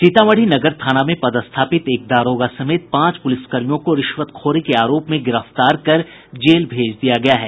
सीतामढ़ी नगर थाना में पदस्थापित एक दारोगा समेत पांच पुलिसकर्मियों को रिश्वतखोरी के आरोप में गिरफ्तार कर जेल भेज दिया गया है